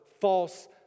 false